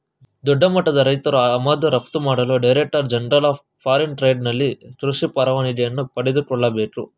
ದೊಡ್ಡಮಟ್ಟದ ರೈತ್ರು ಆಮದು ರಫ್ತು ಮಾಡಲು director general of foreign trade ನಲ್ಲಿ ಕೃಷಿ ಪರವಾನಿಗೆಯನ್ನು ಪಡೆದುಕೊಳ್ಳಬೇಕು